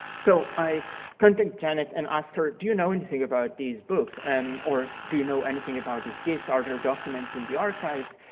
so i contact janet and ask her do you know nothing about these books um or do you know anything about these gifts? are documents in the archive?